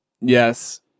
Yes